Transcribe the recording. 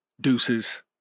deuces